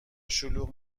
شلوغ